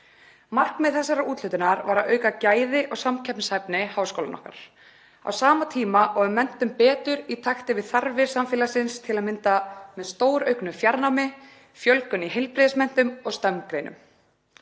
Markmið þessarar úthlutunar er að auka gæði og samkeppnishæfni háskólanna okkar á sama tíma og við menntum betur í takti við þarfir samfélagsins, til að mynda með stórauknu fjarnámi, fjölgun í heilbrigðismenntun og STEM-greinum.